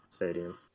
stadiums